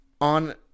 on